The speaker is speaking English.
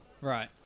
Right